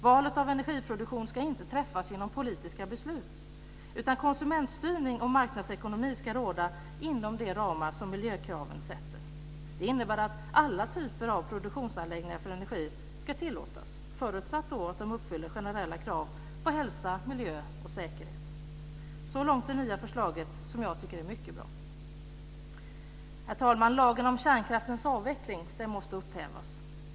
Valet av energiproduktion ska inte träffas genom politiska beslut, utan konsumentstyrning och marknadsekonomi ska råda inom de ramar som miljökraven sätter. Det innebär att alla typer av produktionsanläggningar för energi ska tillåtas, förutsatt att de uppfyller generella krav på hälsa, miljö och säkerhet. Så långt det nya förslaget, som jag tycker är mycket bra. Herr talman! Lagen om kärnkraftens avveckling måste upphävas.